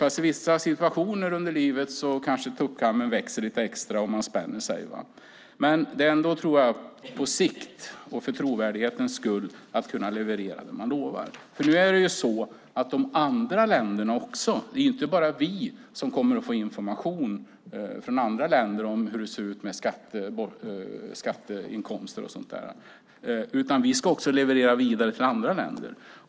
I vissa situationer i livet kanske tuppkammen växer lite extra och man spänner sig, men jag tror ändå på sikt och för trovärdighetens skull att man ska kunna leverera det man lovar. Det är inte bara vi som kommer att få information från andra länder om hur det ser ut med skatteinkomster och sådant, utan vi ska också leverera vidare till andra länder.